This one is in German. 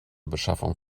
beschaffung